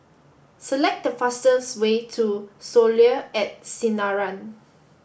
select the fastest way to Soleil at Sinaran